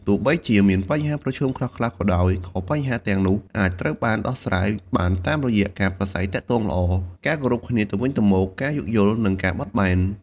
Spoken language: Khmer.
ទោះបីជាមានបញ្ហាប្រឈមខ្លះៗក៏ដោយ ក៏បញ្ហាទាំងនោះអាចត្រូវបានដោះស្រាយបានតាមរយៈការប្រាស្រ័យទាក់ទងល្អ ការគោរពគ្នាទៅវិញទៅមក ការយោគយល់ និងការបត់បែន។